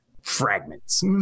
fragments